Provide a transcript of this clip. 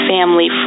Family